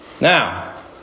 Now